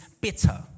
bitter